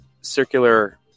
circular